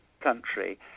country